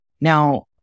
Now